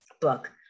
book